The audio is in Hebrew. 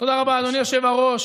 תודה רבה, אדוני היושב-ראש.